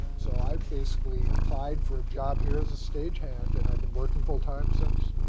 so i basically applied for a job here as a stagehand, and i've been working full time since.